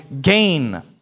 gain